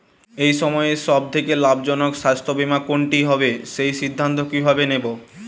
এই সময়ের সব থেকে লাভজনক স্বাস্থ্য বীমা কোনটি হবে সেই সিদ্ধান্ত কীভাবে নেব?